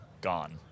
gone